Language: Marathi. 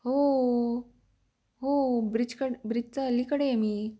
हो हो ब्रिजकड ब्रिजचं अलीकडे आहे मी